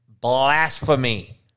blasphemy